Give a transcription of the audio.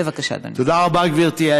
תודה רבה לגברתי.